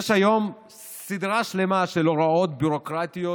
יש היום סדרה שלמה של הוראות ביורוקרטיות